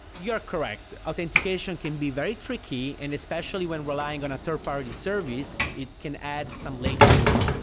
you are correct. authentication can be very tricky, and especially when relying on a third-party service, it can add some latency.